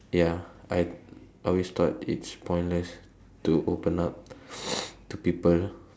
ya I always thought it's pointless to open up to people